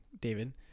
David